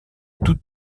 toutes